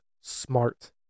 SMART